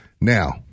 Now